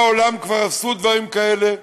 ובעולם כבר עשו דברים כאלה,